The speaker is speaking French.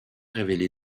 révélé